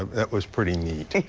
that was pretty neat.